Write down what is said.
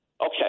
Okay